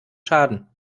schaden